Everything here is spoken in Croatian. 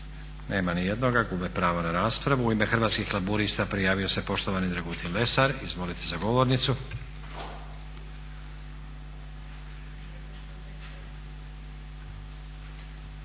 Nema nijednoga. Gube pravo na raspravu. U ime Hrvatskih laburista prijavio se poštovani Dragutin Lesar. Izvolite za govornicu.